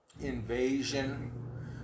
invasion